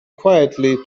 quietly